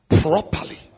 properly